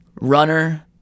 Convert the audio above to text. runner